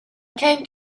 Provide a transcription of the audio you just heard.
came